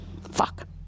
Fuck